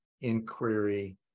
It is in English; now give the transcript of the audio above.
inquiry